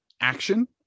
action